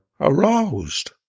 aroused